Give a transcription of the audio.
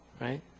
right